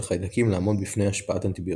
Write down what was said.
חיידקים לעמוד בפני השפעת אנטיביוטיקה.